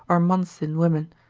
or months in women,